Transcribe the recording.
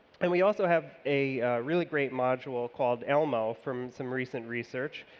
and we also have a really great module called elmo from some recent research,